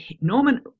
Norman